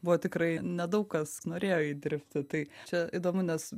buvo tikrai nedaug kas norėjo eit dirbti tai čia įdomu nes